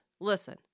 listen